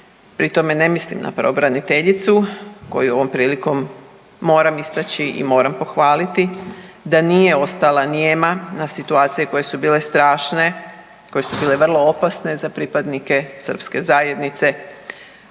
pri tome ne mislim na pravobraniteljicu koju ovom prilikom moram istaći i moram pohvaliti, da nije ostala nijema na situacije koje su bile strašne koje su bile vrlo opasne za pripadnike srpske zajednici,